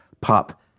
Pop